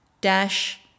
dash